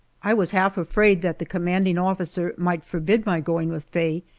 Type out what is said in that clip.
i was half afraid that the commanding officer might forbid my going with faye,